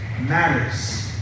Matters